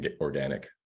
organic